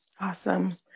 Awesome